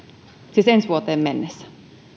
siis ensi vuoteen mennessä